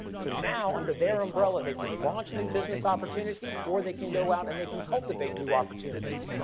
so now under their umbrella they can launch new business opportunities or they can go out and they can cultivate new opportunities.